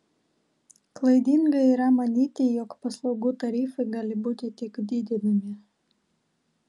klaidinga yra manyti jog paslaugų tarifai gali būti tik didinami